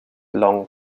long